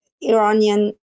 Iranian